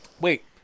Wait